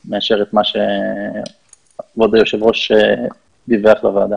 אני מאשר את מה שכבוד היושב ראש דיווח לוועדה.